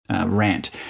rant